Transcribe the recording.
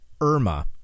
Irma